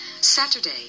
Saturday